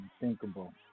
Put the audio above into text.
unthinkable